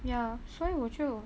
ya so why would you